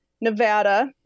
Nevada